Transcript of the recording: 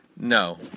No